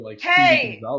Hey